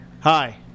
Hi